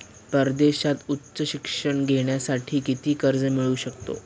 परदेशात उच्च शिक्षण घेण्यासाठी किती कर्ज मिळू शकते?